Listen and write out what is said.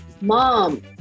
mom